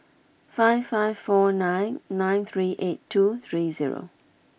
five five four nine nine three eight two three zero